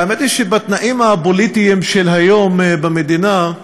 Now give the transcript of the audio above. האמת היא שבתנאים הפוליטיים של היום במדינה,